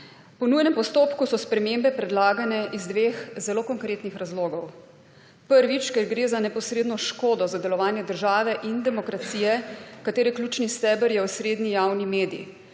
Po nujnem postopku so spremembe predlagane iz dveh zelo konkretnih razlogov. Prvič, ker gre za neposredno škodo za delovanje države in demokracije, katere ključni steber je osrednji javni medij,